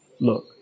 Look